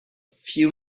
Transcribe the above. few